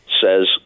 says